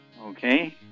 Okay